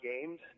games